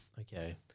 Okay